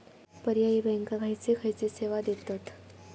पर्यायी बँका खयचे खयचे सेवा देतत?